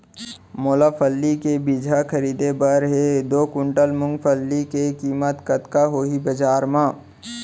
मोला फल्ली के बीजहा खरीदे बर हे दो कुंटल मूंगफली के किम्मत कतका होही बजार म?